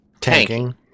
tanking